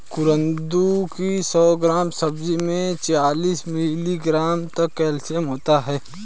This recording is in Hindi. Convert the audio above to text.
कुंदरू की सौ ग्राम सब्जी में चालीस मिलीग्राम तक कैल्शियम होता है